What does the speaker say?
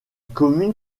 commune